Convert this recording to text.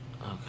Okay